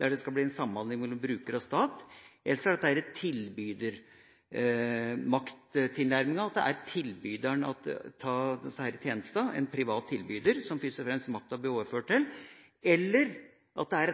der det skal bli en samhandling mellom bruker og stat, eller «tilbydermakttilnærminga», der det er den private tilbyderen av disse tjenestene makta først og fremst blir overført til, eller